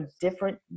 different